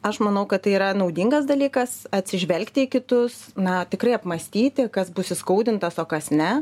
aš manau kad tai yra naudingas dalykas atsižvelgti į kitus na tikrai apmąstyti kas bus įskaudintas o kas ne